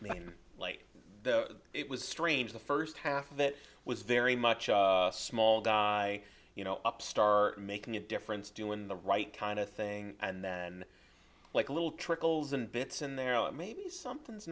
te it was strange the first half of it was very much a small guy you know up star making a difference do in the right kind of thing and then like a little trickles and bits in there maybe something's